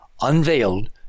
unveiled